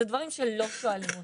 זה דברים שלא שואלים אותם.